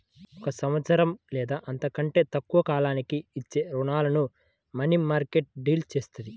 ఒక సంవత్సరం లేదా అంతకంటే తక్కువ కాలానికి ఇచ్చే రుణాలను మనీమార్కెట్ డీల్ చేత్తది